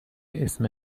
اسم